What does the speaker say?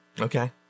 Okay